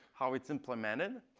how it's implemented.